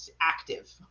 active